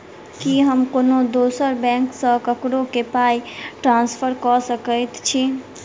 की हम कोनो दोसर बैंक सँ ककरो केँ पाई ट्रांसफर कर सकइत छि?